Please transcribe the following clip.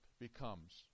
becomes